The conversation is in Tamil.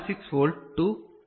6 வோல்ட் டு பிளஸ் 0